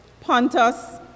Pontus